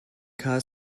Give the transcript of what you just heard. kha